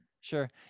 Sure